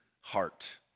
heart